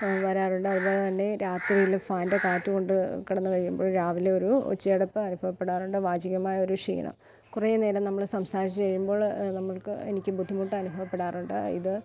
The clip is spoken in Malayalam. വരാറുണ്ട് അതുപോലെ തന്നെ രാത്രിയില് ഫാനിൻ്റെ കാറ്റുകൊണ്ട് കിടന്നു കഴിയുമ്പോള് രാവിലെ ഒരു ഒച്ചയടപ്പ് അനുഭവപ്പെടാറുണ്ട് വാചികമായൊരു ക്ഷീണം കുറേ നേരം നമ്മള് സംസാരിച്ചു കഴിയുമ്പോള് നമ്മൾക്ക് എനിക്ക് ബുദ്ധിമുട്ടനുഭവപ്പെടാറുണ്ട് ഇത്